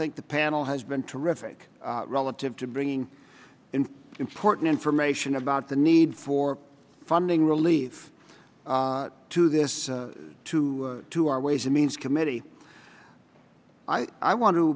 think the panel has been terrific relative to bringing in important information about the need for funding relief to this too to our ways and means committee i want to